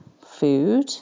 food